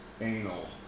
anal